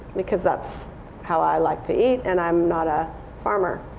because that's how i like to eat, and i'm not a farmer.